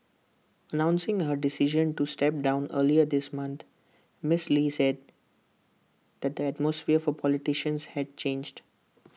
announcing her decision to step down earlier this month miss lee said the atmosphere for politicians had changed